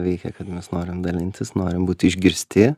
veikia kad mes norim dalintis norim būt išgirsti